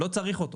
לא צריך אותו.